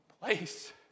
place